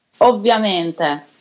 Ovviamente